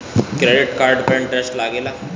Credit card पर interest लागेला?